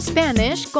Spanish